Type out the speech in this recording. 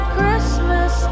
christmas